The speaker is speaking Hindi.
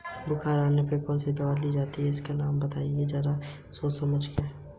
बैंकों में जमा बचत के लिए कौन कौन सी योजनाएं और खाते संचालित किए जा रहे हैं?